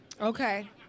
Okay